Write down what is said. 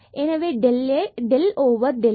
எனவே del del y